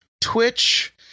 Twitch